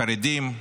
חרדים,